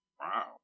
Wow